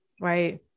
right